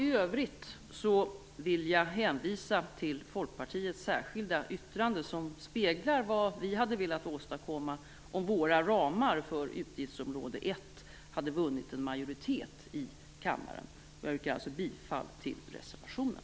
I övrigt vill jag hänvisa till Folkpartiets särskilda yttrande som speglar vad vi hade velat åstadkomma om våra ramar för utgiftsområde 1 hade vunnit en majoritet i kammaren. Jag yrkar alltså bifall till reservationen.